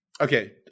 Okay